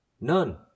None